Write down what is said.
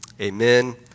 Amen